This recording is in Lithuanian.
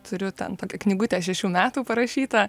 turiu ten tokią knygutę šešių metų parašytą